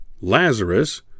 Lazarus